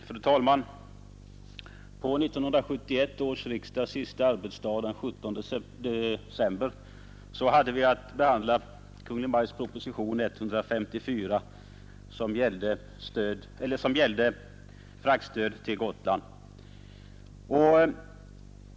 Fru talman! På 1971 års riksdags sista arbetsdag den 17 december hade vi att behandla Kungl. Maj:ts proposition nr 154, som gällde fraktstöd till Gotland.